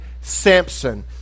Samson